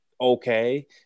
okay